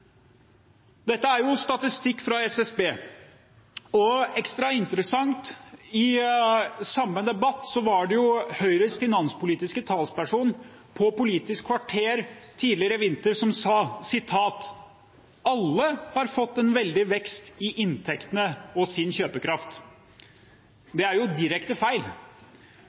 Dette er statistikk fra SSB. Ekstra interessant er det at i en debatt på Politisk kvarter tidligere i vinter sa Høyres finanspolitiske talsperson at alle har fått en veldig vekst i sin inntekt og kjøpekraft. Det er direkte feil,